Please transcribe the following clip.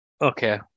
Okay